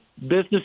business